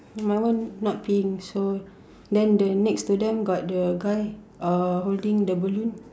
my one not peeing so then the next to them got the guy uh holding the balloon